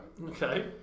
Okay